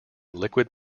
liquid